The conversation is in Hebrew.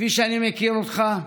כפי שאני מכיר אותך,